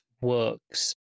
works